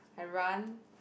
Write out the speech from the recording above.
I run